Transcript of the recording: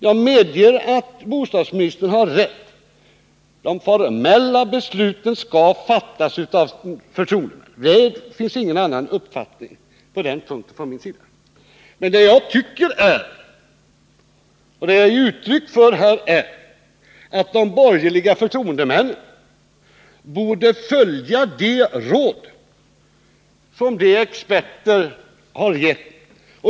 Jag medger att bostadsministern har rätt i att de formella besluten skall fattas av förtroendemännen. Det finns från min sida ingen annan uppfattning på den punkten. Men jag tycker att de borgerliga förtroendemännen borde följa de råd som experterna har givit.